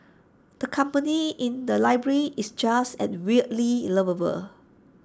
the company in the library is just as weirdly lovable